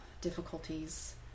difficulties